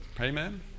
Amen